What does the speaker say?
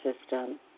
system